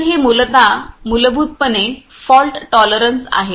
तर हे मूलतः मूलभूतपणे फॉल्ट टॉलरेंस आहे